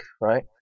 right